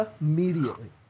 immediately